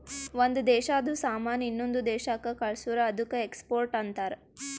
ಒಂದ್ ದೇಶಾದು ಸಾಮಾನ್ ಇನ್ನೊಂದು ದೇಶಾಕ್ಕ ಕಳ್ಸುರ್ ಅದ್ದುಕ ಎಕ್ಸ್ಪೋರ್ಟ್ ಅಂತಾರ್